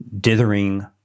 dithering